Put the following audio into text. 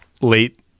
late